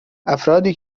افرادی